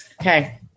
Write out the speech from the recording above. Okay